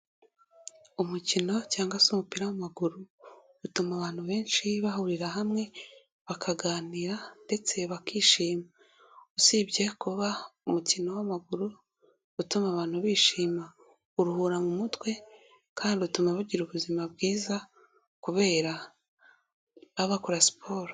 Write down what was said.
Umukino cyangwa se umupira w'amaguru, bituma abantu benshi bahurira hamwe bakaganira ndetse bakishima, usibye kuba umukino w'amaguru utuma abantu bishima, uruhura mu mutwe kandi utuma bagira ubuzima bwiza kubera bakora siporo.